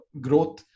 growth